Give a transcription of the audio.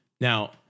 Now